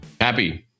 Happy